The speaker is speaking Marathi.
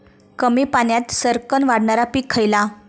कमी पाण्यात सरक्कन वाढणारा पीक खयला?